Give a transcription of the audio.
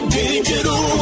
digital